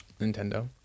Nintendo